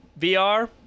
vr